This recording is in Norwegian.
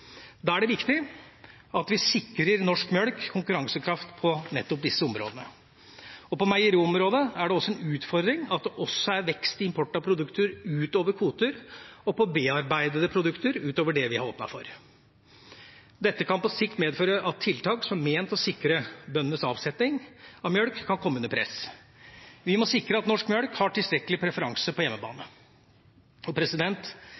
Da er det viktig at vi sikrer norsk melk konkurransekraft på nettopp disse områdene. På meieriområdet er det også en utfordring at det også er vekst i import av produkter utover kvotene og av bearbeidede produkter utover det vi har åpnet for. Dette kan på sikt medføre at tiltak som er ment å sikre bøndenes avsetning av melk, kan komme under press. Vi må sikre at norsk melk har tilstrekkelig preferanse på hjemmebane.